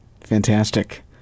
Fantastic